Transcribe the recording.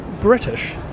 British